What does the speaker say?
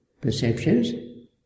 Perceptions